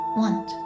want